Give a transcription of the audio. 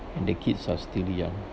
and the kids are still young